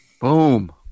Boom